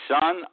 son